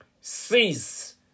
sees